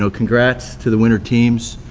so congrats to the winter teams.